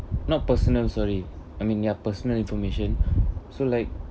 not personal story I mean their personal information so like